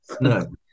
No